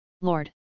Lord